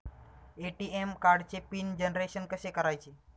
ATM कार्डचे PIN generation कसे करायचे?